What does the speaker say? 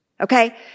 okay